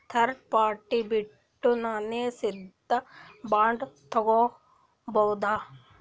Third party ಬಿಟ್ಟು ನಾನೇ ಸೀದಾ ಬಾಂಡ್ ತೋಗೊಭೌದಾ?